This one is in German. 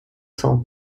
saint